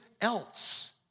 else